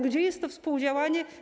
Gdzie jest to współdziałanie?